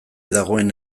dagoen